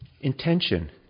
intention